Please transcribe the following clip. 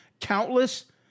countless